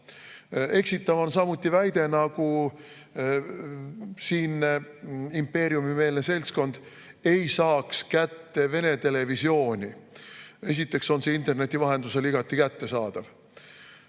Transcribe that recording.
eksitav väide, nagu siin impeeriumimeelne seltskond ei saaks kätte Vene televisiooni. Esiteks on see interneti vahendusel igati kättesaadav.